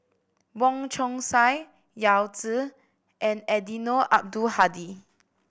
Wong Chong Sai Yao Zi and Eddino Abdul Hadi